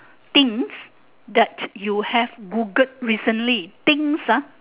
things that you have googled recently things ah